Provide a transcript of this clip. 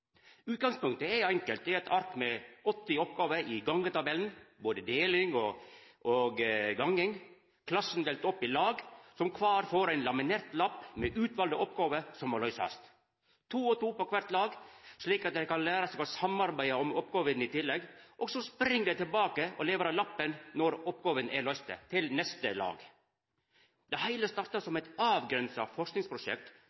Utgangspunktet er enkelt: Det er eit ark med 80 oppgåver i gongetabellen, både deling og gonging. Klassen er delt opp i lag som kvart får ein laminert lapp med utvalde oppgåver som må løysast. Det er to og to på kvart lag, slik at dei kan læra seg å samarbeida om oppgåvene i tillegg, og så spring dei tilbake og leverer lappen til neste lag når oppgåva er løyst. Det heile starta